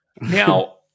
Now